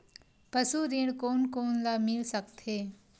पशु ऋण कोन कोन ल मिल सकथे?